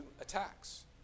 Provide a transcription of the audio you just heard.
attacks